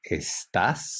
estás